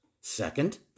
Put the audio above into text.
Second